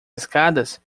escadas